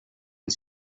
and